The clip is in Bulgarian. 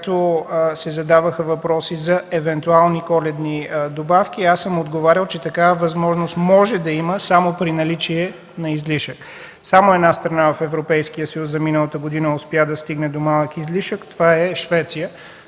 откакто се задаваха въпроси за евентуални коледни добавки, аз съм отговарял, че такава възможност може да има само при наличие на излишък. Само една страна в Европейския съюз за миналата година успя да стигне до малък излишък – това е Швеция.